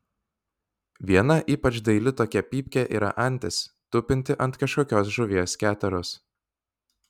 viena ypač daili tokia pypkė yra antis tupinti ant kažkokios žuvies keteros